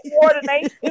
coordination